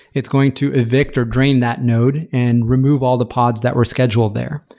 it's going to evict or drain that node and remove all the pods that were scheduled there.